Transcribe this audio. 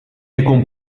jkun